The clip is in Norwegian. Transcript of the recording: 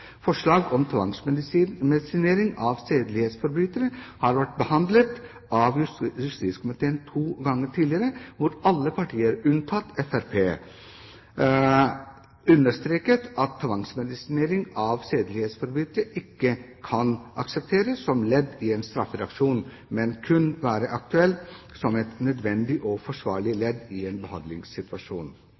Forslag om tvangsmedisinering av sedelighetsforbrytere har vært behandlet av justiskomiteen to ganger tidligere, hvor alle partier – unntatt Fremskrittspartiet – understreket at tvangsmedisinering av sedelighetsforbrytere ikke kan aksepteres som ledd i en straffereaksjon, men kun være aktuelt som et nødvendig og forsvarlig ledd i en behandlingssituasjon.